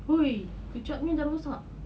!oi! kejapnya dah rosak